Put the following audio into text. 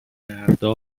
هفتهها